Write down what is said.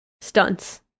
stunts